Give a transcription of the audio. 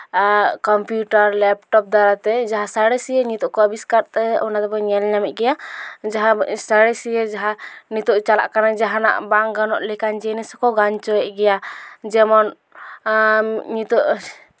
ᱟᱨ computer laptop ᱫᱟᱨᱟᱭᱛᱮ ᱡᱟᱦᱟᱸ ᱥᱟᱬᱮᱥᱤᱭᱟᱹ ᱱᱤᱛᱚᱜ ᱠᱚ ᱟᱵᱤᱥᱠᱟᱨ ᱠᱟᱜ ᱛᱟᱦᱮᱸᱜ ᱚᱱᱟ ᱫᱚᱵᱚᱱ ᱧᱮᱞ ᱧᱟᱢᱮᱜ ᱜᱮᱭᱟ ᱡᱟᱦᱟᱸ ᱥᱟᱬᱮᱥᱤᱭᱟᱹ ᱡᱟᱦᱟᱸ ᱱᱤᱛᱚᱜ ᱪᱟᱞᱟᱜ ᱠᱟᱱᱟ ᱡᱟᱦᱟᱱᱟᱜ ᱵᱟᱝ ᱜᱟᱱᱚᱜ ᱞᱮᱠᱟᱱ ᱡᱤᱱᱤᱥ ᱠᱚ ᱜᱟᱱ ᱦᱚᱪᱚᱭᱮᱜ ᱜᱮᱭᱟ ᱡᱮᱢᱚᱱ ᱱᱤᱛᱚᱜ